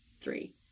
three